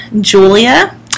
Julia